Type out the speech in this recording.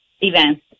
events